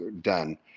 done